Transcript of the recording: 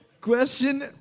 Question